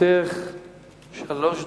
לרשותך שלוש דקות.